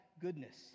goodness